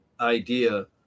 idea